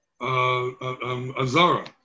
Azara